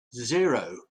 zero